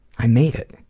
i made it.